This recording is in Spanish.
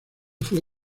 fue